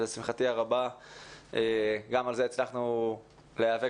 לשמחתי הרבה גם על זה הצלחנו להיאבק